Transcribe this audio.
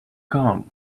gone